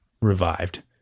revived